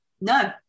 no